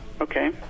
okay